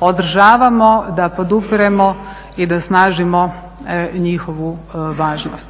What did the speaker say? održavamo, da podupiremo i da snažimo njihovu važnost.